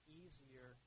easier